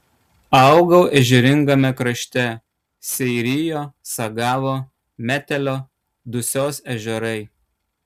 augau ežeringame krašte seirijo sagavo metelio dusios ežerai